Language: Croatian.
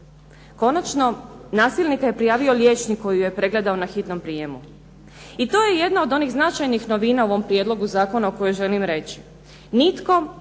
Konačno, nasilnika je prijavio liječnik koji ju je pregledao na hitnom prijemu. I to je jedna od onih značajnih novina u ovom prijedlogu zakona o kojoj želim reći. Nitko,